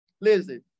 listen